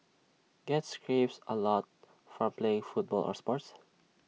get scrapes A lot from playing football or sports